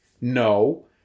No